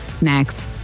next